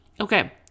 Okay